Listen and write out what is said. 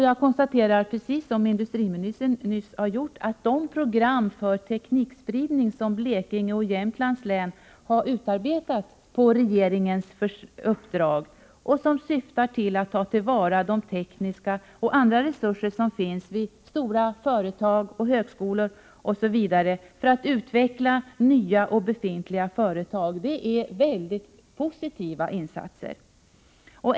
Jag konstaterar — precis som industriministern nyss gjorde — att de program för teknikspridning som Blekinge och Jämtlands län utarbetat på regeringens uppdrag och som syftar till att ta till vara de tekniska och andra resurser som finns vid stora företag, högskolor osv. för att utveckla nya och befintliga företag är mycket positiva insatser.